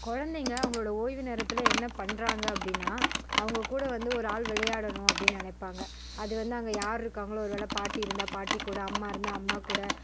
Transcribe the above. குழந்தைங்கள் அவங்களோட ஓய்வு நேரத்தில் என்ன பண்றாங்க அப்படீனா அவங்க கூட வந்து ஒரு ஆள் விளையாடணும் அப்படீனு நினைப்பாங்க அது வந்து அங்கே யார் இருக்காங்களோ ஒருவேளை பாட்டி இருந்தால் பாட்டிகூட அம்மா இருந்தால் அம்மாகூட